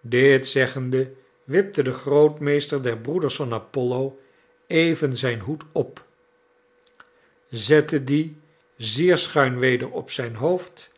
dit zeggende wipte de grootmeester der broeders van apollo even zijn hoed op zette dien zeer schuin weder op zijn hoofd